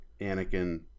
Anakin